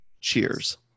Cheers